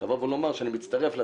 לומר שאני מצטרף.